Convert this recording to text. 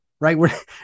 right